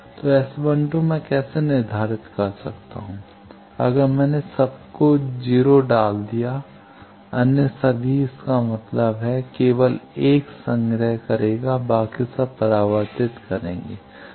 तो S12 मैं कैसे निर्धारित कर सकता हूं अगर मैंने अन्य सब को 0 डाल दियाअन्य सभी इसका मतलब है केवल एक संग्रह करेगा बाकी सब परावर्तित करेंगे